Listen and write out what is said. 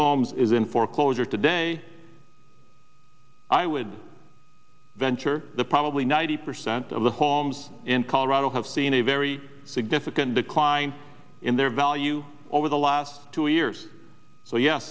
homes is in foreclosure today i would venture that probably ninety percent of the homes in colorado have seen a very significant decline in their value over the last two years so ye